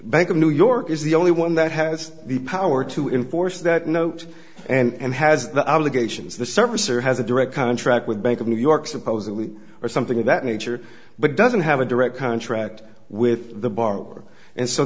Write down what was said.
bank of new york is the only one that has the power to enforce that note and has the obligations the service or has a direct contract with bank of new york supposedly or something of that nature but doesn't have a direct contract with the borrower and so